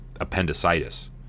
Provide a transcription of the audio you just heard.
appendicitis